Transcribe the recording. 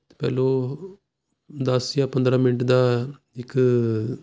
ਅਤੇ ਪਹਿਲਾਂ ਦਸ ਜਾਂ ਪੰਦਰ੍ਹਾਂ ਮਿੰਟ ਦਾ ਇੱਕ